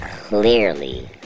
clearly